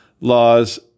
laws